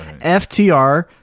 FTR